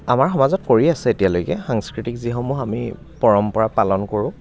আমাৰ সমাজত কৰি আছে এতিয়ালৈকে সাংস্কৃতিক যিসমূহ আমি পৰম্পৰা পালন কৰোঁ